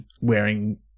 wearing